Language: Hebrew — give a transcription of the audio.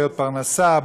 בעיות פרנסה,